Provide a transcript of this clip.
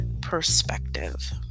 perspective